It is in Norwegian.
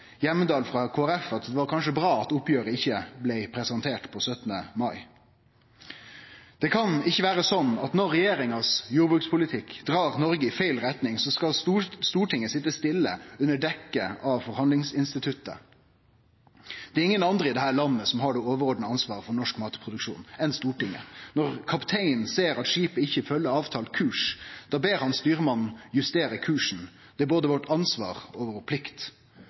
Hjemdal frå Kristeleg Folkeparti, at det kanskje var bra at oppgjeret ikkje blei presentert på 17. mai. Det kan ikkje vere sånn at når jordbrukspolitikken til regjeringa drar Noreg i feil retning, skal Stortinget sitje stille under dekke av forhandlingsinstituttet. Det er ingen andre enn Stortinget i dette landet som har det overordna ansvaret for norsk matproduksjon. Når kapteinen ser at skipet ikkje følgjer avtalt kurs, ber han styrmannen justere kursen. Det er både vårt ansvar og vår plikt.